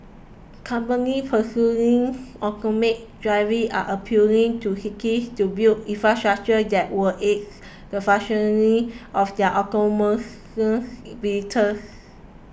companies pursuing automated driving are appealing to cities to build infrastructure that will aid the functioning of their vehicles